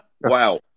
wow